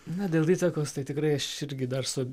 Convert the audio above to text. na dėl įtakos tai tikrai aš irgi dar su